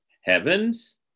heavens